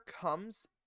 comes